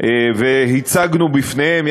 והצגנו בפניהם,